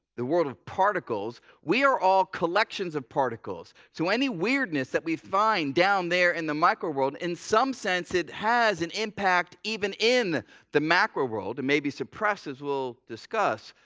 the world of particles, we are all a collection of particles. so any weirdness that we find down there in the microworld, in some sense it has an impact even in the macroworld and maybe suppresses we'll discuss.